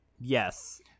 yes